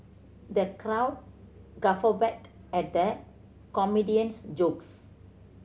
the crowd guffawed at the comedian's jokes